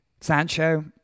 Sancho